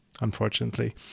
unfortunately